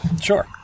Sure